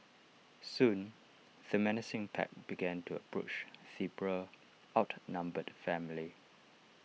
soon the menacing pack began to approach the poor outnumbered family